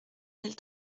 mille